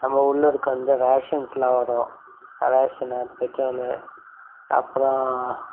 நம்ம உள்ளே இருக்க அந்த ரேஷன்ஸில் வரும் ரேஷனு பெட்ரோலு அப்றம்